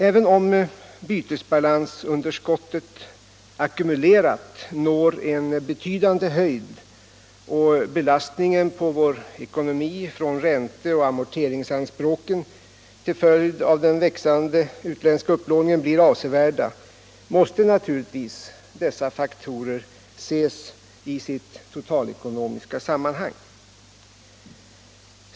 Även om bytesbalansunderskottet ackumulerat når en betydande höjd och belastningen på vår ekonomi från ränte och amorteringsanspråken till följd av den växande utländska upplåningen blir avsevärd, måste naturligtvis dessa faktorer ses i sitt totalekonomiska sammanhang.